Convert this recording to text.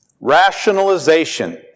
Rationalization